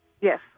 Yes